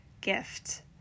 gift